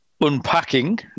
unpacking